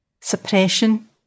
suppression